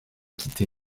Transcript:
quitté